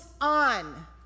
on